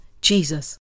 Jesus